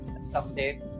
someday